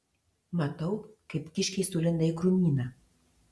matau kaip kiškiai sulenda į krūmyną